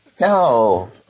no